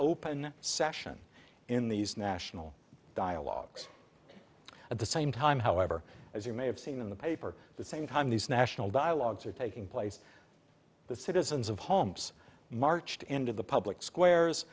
open session in these national dialogues at the same time however as you may have seen in the paper the same time these national dialogues are taking place the citizens of humps marched into the public squares